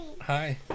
Hi